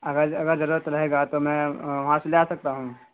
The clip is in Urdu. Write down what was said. اگر اگر ضرورت رہے گا تو میں وہاں سے لا سکتا ہوں